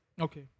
Okay